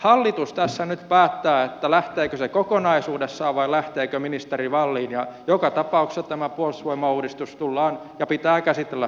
hallitus tässä nyt päättää lähteekö se kokonaisuudessaan vai lähteekö ministeri wallin ja joka tapauksessa tämä puolustusvoimauudistus pitää käsitellä uudestaan